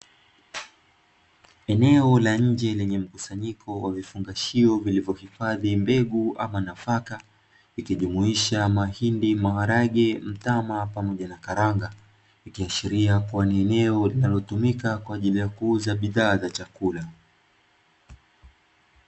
Eneo la nje lenye mkusanyiko wa vifungashio vilivyohifadhi mbegu ama nafaka ikijumuisha mahindi, maharage, mtama pamoja na karanga ikiashiria kuwa ni eneo linalotumika kwa ajili ya kuuza bidhaa za chakula.